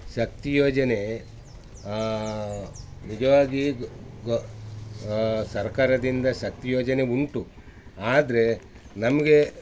ಶಕ್ತಿ ಯೋಜನೆ ನಿಜವಾಗಿ ಗ್ ಗೊ ಸರ್ಕಾರದಿಂದ ಶಕ್ತಿ ಯೋಜನೆ ಉಂಟು ಆದರೆ ನಮಗೆ